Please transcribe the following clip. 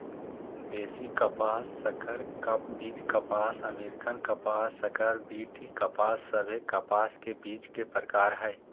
देशी कपास, संकर बीज कपास, अमेरिकन कपास, संकर बी.टी कपास सभे कपास के बीज के प्रकार हय